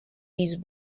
these